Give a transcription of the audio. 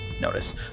Notice